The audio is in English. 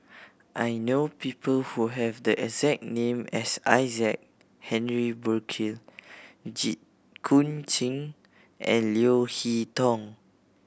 I know people who have the exact name as Isaac Henry Burkill Jit Koon Ch'ng and Leo Hee Tong